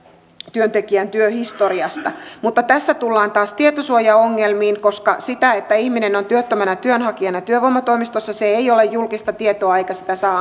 työntekijän työhistoriasta mutta tässä tullaan taas tietosuojaongelmiin koska se että ihminen on työttömänä työnhakijana työvoimatoimistossa ei ole julkista tietoa eikä sitä saa